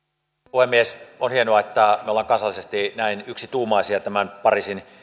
puhemies on hienoa että me olemme kansallisesti näin yksituumaisia tämän pariisin